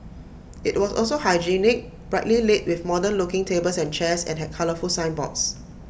IT was also hygienic brightly lit with modern looking tables and chairs and had colourful signboards